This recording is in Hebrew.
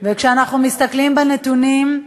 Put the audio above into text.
וכשאנחנו מסתכלים בנתונים,